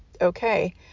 okay